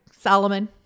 Solomon